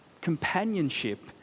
companionship